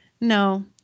No